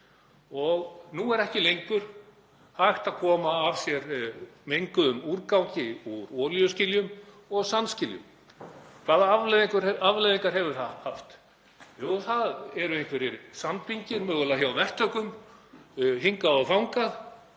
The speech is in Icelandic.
Nú er ekki lengur hægt að koma af sér menguðum úrgangi úr olíuskiljum og sandskiljum. Hvaða afleiðingar hefur það haft? Jú, það eru einhverjir sandbingir mögulega hjá verktökum hingað og þangað